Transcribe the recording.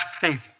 faith